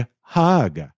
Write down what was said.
hug